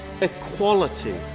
equality